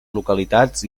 localitats